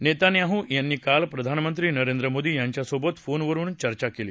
Netanyahu यांनी काल प्रधानमंत्री नरेंद्र मोदी यांच्यासोबत फोनवरून चर्चा केली